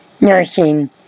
nursing